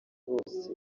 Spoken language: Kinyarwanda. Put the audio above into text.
bose